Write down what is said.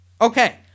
Okay